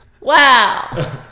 wow